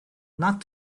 not